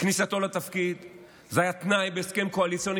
כניסתו לתפקיד זה היה תנאי בהסכם קואליציוני,